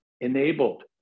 enabled